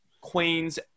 Queens